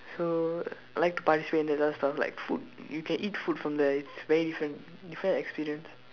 so like to participate in the stuff like food you can eat food from there it's very different different experience